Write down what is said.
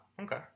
Okay